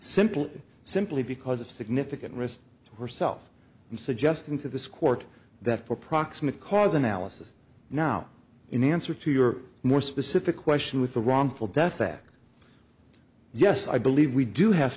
simple simply because of significant risk to herself i'm suggesting to this court that for proximate cause analysis now in answer to your more specific question with the wrongful death act yes i believe we do have